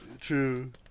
True